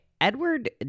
Edward